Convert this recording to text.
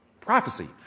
Prophecy